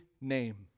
name